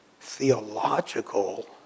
theological